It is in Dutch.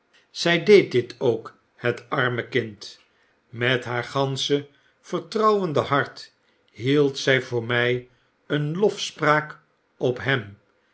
zy deed dit ook het arme kind met haar gansche vertrouwende hart hield zy voor mij een lofspraak op hem